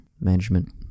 management